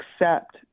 accept